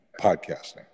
podcasting